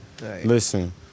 listen